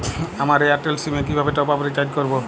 আমার Airtel SIM এ কিভাবে টপ আপ রিচার্জ করবো?